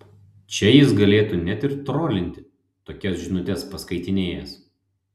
čia jis galėtų net ir trolinti tokias žinutes paskaitinėjęs